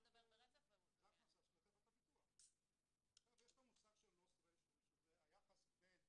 יש פה מושג של loss ratio שזה היחס בין